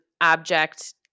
object